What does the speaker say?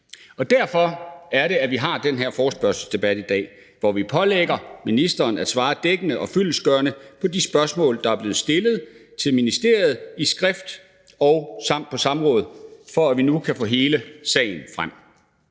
er derfor, vi har den her forespørgselsdebat i dag, hvor vi pålægger ministeren at svare dækkende og fyldestgørende på de spørgsmål, der er blevet stillet til ministeriet både skriftligt og på samråd, så vi nu kan få hele sagen frem.